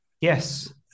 Yes